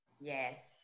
Yes